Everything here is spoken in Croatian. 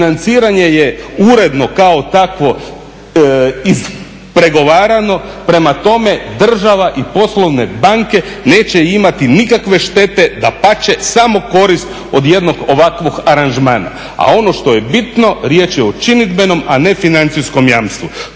Financiranje je uredno kao takvo ispregovarano, prema tome država i poslovne banke neće imati nikakve štete, dapače samo korist od jednog ovakvog aranžmana. A ono što je bitno riječ je o činidbenom a ne financijskom jamstvu.